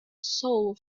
soul